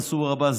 מנסור עבאס,